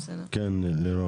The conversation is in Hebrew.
כן, לירון.